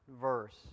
verse